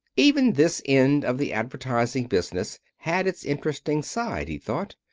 even this end of the advertising business had its interesting side, he thought.